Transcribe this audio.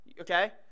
Okay